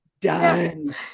done